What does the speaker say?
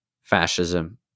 fascism